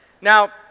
Now